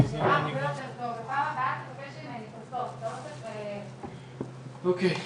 ום ופועלת לקידום המודעות בנושא בריאות נשים בכלל